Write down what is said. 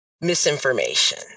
misinformation